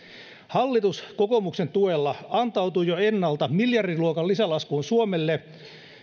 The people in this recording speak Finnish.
hallitus kokoomuksen tuella antautui jo ennalta miljardiluokan lisälaskuun suomelle